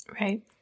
Right